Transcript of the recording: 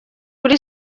kuri